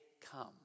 come